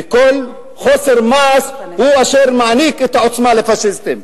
וכל חוסר מעש הוא אשר מעניק את העוצמה לפאשיסטים.